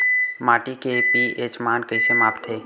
माटी के पी.एच मान कइसे मापथे?